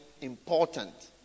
important